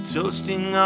toasting